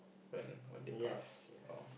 when when they pass orh